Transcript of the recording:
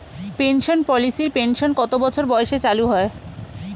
Pension পলিসির pension কত বছর বয়সে চালু হয়?